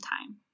time